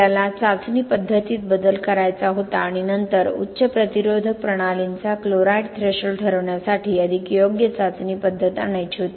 आपल्याला चाचणी पद्धतीत बदल करायचा होता आणि नंतर उच्च प्रतिरोधक प्रणालींचा क्लोराईड थ्रेशोल्ड ठरवण्यासाठी अधिक योग्य चाचणी पद्धत आणायची होती